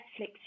netflix